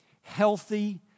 healthy